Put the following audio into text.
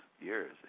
years